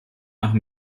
nach